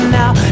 now